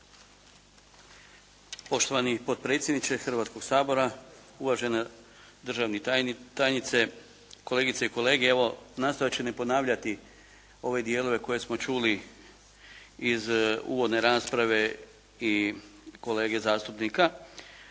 Poštovani potpredsjedniče Hrvatskoga sabora, uvažena državna tajnice, kolegice i kolege. Evo nastojati ću ne ponavljati ove dijelove koje smo čuli iz uvodne rasprave i kolege zastupnika.